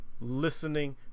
listening